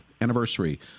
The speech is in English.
anniversary